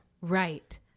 Right